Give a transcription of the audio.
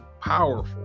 powerful